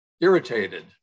irritated